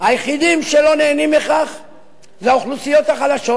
היחידים שלא נהנים מכך האוכלוסיות החלשות,